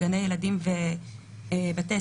של גני ילדים ובתי ספר,